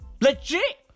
Legit